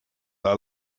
that